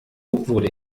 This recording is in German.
wurde